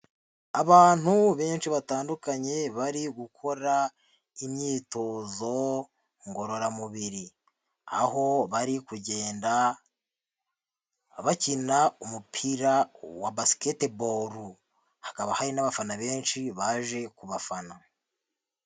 Abantu benshi batandukanye bari gukora imyitozo ngororamubiri. Aho bari kugenda bakina umupira wa basiketebolu, hakaba hari n'abafana benshi baje ku bafana.